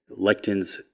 lectins